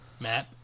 Matt